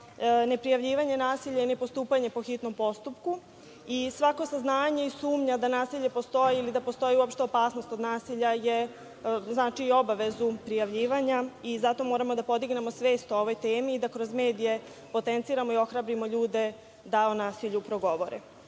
neprijavljivanje nasilja i nepostupanje po hitnom postupku i svako saznanje i sumnja da nasilje postoji i da postoji uopšte opasnost od nasilja znači i obavezu prijavljivanja i zato moramo da podignemo svest o ovoj temi da kroz medije potenciramo i ohrabrimo ljude da o nasilju progovore. Zakon